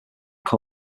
than